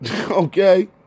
Okay